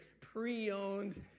Pre-owned